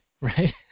right